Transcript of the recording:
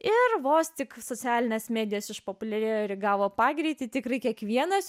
ir vos tik socialines medijas išpopuliarėjo ir įgavo pagreitį tikrai kiekvienas